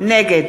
נגד